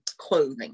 clothing